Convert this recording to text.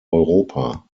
europa